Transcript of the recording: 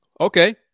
okay